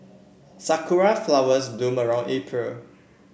Sakura flowers bloom around April